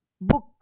book